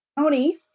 Tony